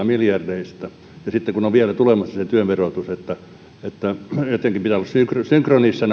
miljardeista sitten on vielä tulemassa se työn verotus jotenkin pitää olla synkronissa